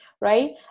right